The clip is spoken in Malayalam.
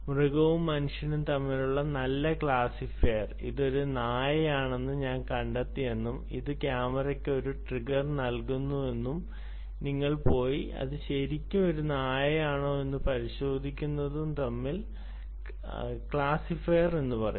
മൃഗവും മനുഷ്യനും തമ്മിലുള്ള നല്ല ക്ലാസിഫയർ ഇത് ഒരു നായയാണെന്ന് ഞാൻ കണ്ടെത്തിയെന്നും അത് ക്യാമറയ്ക്ക് ഒരു ട്രിഗർ നൽകുന്നുവെന്നും നിങ്ങൾ പോയി ഇത് ശരിക്കും ഒരു നായയാണോയെന്ന് പരിശോധിക്കുക എന്നും ക്ലാസിഫയർ പറയുന്നു